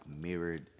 mirrored